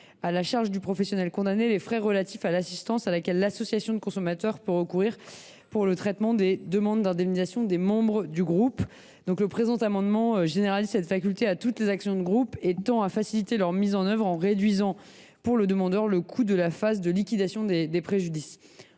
à la charge du professionnel condamné les frais relatifs à l’assistance à laquelle l’association de défense des consommateurs peut recourir pour le traitement des demandes d’indemnisation des membres du groupe. Il s’agit de généraliser cette faculté à toutes les actions de groupe et de faciliter la mise en œuvre de ces procédures en réduisant le coût pour le demandeur de la phase de liquidation des préjudices.